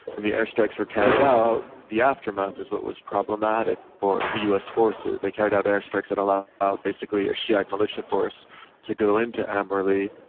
when the air strikes are carried out, the aftermath is what was problematic for the us forces. they carried out airstrikes that allowed basically a shi'ite militia force to go into amerli,